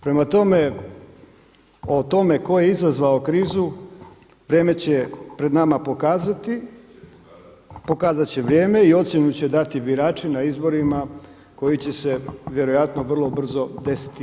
Prema tome, o tome tko je izazvao krizu vrijeme će pred nama pokazati, pokazat će vrijeme i ocjenu će dati birači na izborima koji će se vjerojatno vrlo brzo desiti.